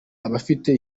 abafite